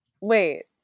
Wait